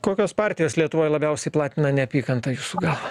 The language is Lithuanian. kokios partijos lietuvoje labiausiai platina neapykantą jūsų galva